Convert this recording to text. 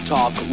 Talk